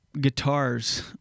guitars